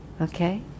Okay